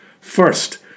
First